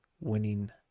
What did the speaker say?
winning